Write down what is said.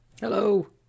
Hello